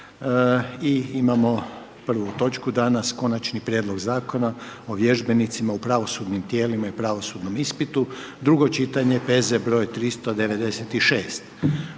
i imamo prvu točku danas: - Konačni prijedlog Zakona o vježbenicima u pravosudnim tijelima i pravosudnom ispitu, drugo čitanje, P.Z. br. 396